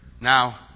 Now